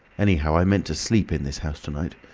anyhow i meant to sleep in this house to-night.